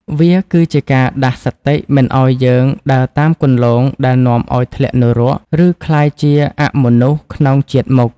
វាគឺជាការដាស់សតិមិនឱ្យយើងដើរតាមគន្លងដែលនាំឱ្យធ្លាក់នរក ឬក្លាយជាអមនុស្សក្នុងជាតិមុខ។